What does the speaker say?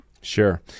Sure